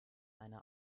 eine